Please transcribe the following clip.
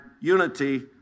unity